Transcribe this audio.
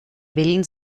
willen